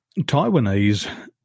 Taiwanese